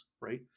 right